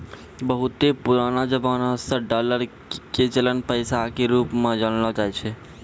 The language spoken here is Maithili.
बहुते पुरानो जमाना से डालर के चलन पैसा के रुप मे जानलो जाय छै